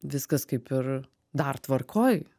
viskas kaip ir dar tvarkoj